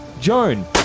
Joan